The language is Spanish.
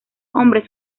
hombres